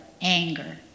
anger